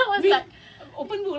I couldn't even answer the questions